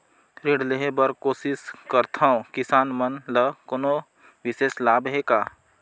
ऋण लेहे बर कोशिश करथवं, किसान मन ल कोनो विशेष लाभ हे का?